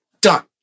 Done